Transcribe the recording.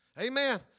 Amen